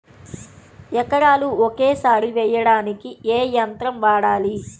ఎకరాలు ఒకేసారి వేయడానికి ఏ యంత్రం వాడాలి?